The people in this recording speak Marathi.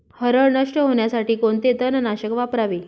हरळ नष्ट होण्यासाठी कोणते तणनाशक वापरावे?